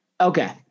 Okay